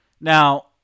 Now